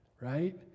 right